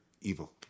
evil